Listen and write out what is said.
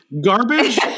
garbage